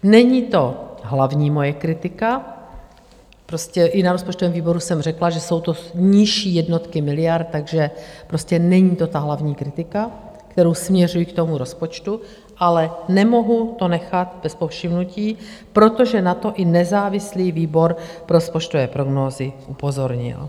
Není to hlavní moje kritika, prostě i na rozpočtovém výboru jsem řekla, že jsou to nižší jednotky miliard, takže prostě není to hlavní kritika, kterou směřuji k rozpočtu, ale nemohu to nechat bez povšimnutí, protože na to i nezávislý výbor pro rozpočtové prognózy upozornil.